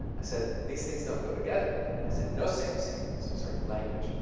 i said, these things don't go together. i said, no same same. this was our language.